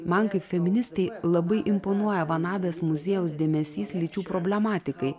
man kaip feministei labai imponuoja van abės muziejaus dėmesys lyčių problematikai